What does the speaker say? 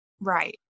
Right